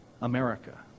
America